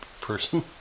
person